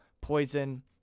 Poison